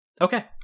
Okay